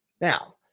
Now